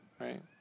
right